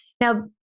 Now